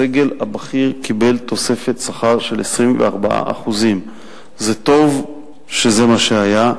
הסגל הבכיר קיבל תוספת שכר של 24%. זה טוב שזה מה שהיה,